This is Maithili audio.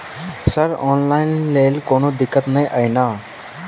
सर ऑनलाइन लैल कोनो दिक्कत न ई नै?